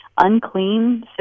unclean